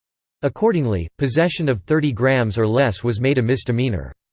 accordingly, possession of thirty grams or less was made a misdemeanor.